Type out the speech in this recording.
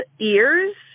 ears